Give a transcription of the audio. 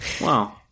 Wow